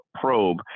probe